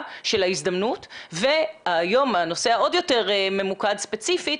של ההזדמנות והיום הנושא העוד יותר ממוקד ספציפית,